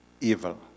evil